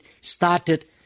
started